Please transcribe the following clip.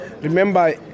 Remember